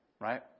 right